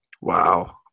Wow